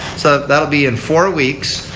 so that will be in four weeks.